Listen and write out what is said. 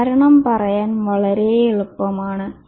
കാരണം പറയാൻ വളരെ എളുപ്പം ആണ്